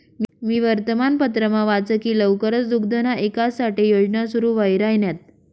मी वर्तमानपत्रमा वाच की लवकरच दुग्धना ईकास साठे योजना सुरू व्हाई राहिन्यात